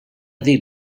dir